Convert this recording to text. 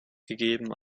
gegeben